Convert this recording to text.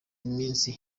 iminsi